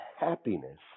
happiness